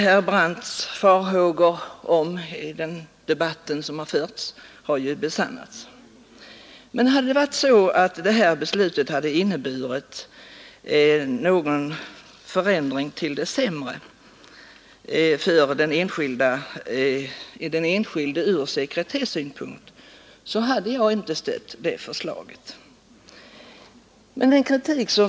Herr Brandts farhågor om den debatt som förts har ju besannats. Om detta beslut inneburit någon förändring till det sämre för den enskilde ur sekretessynpunkt hade jag inte stött ett sådant förslag.